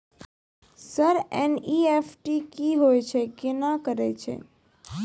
Sir NEFT की होय छै, केना करे छै?